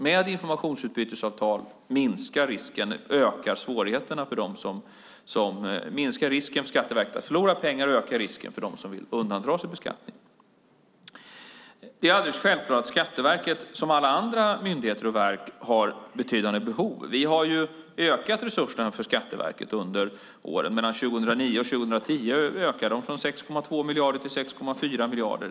Med informationsutbytesavtal minskar risken för Skatteverket att förlora pengar och ökar svårigheterna för dem som vill undandra sig beskattning. Det är alldeles självklart att Skatteverket som alla andra myndigheter och verk har betydande behov. Vi har ju ökat resurserna för Skatteverket under åren. Mellan 2009 och 2010 ökar de från 6,2 miljarder till 6,4 miljarder.